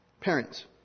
Parents